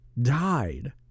died